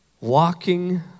walking